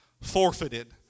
forfeited